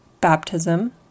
baptism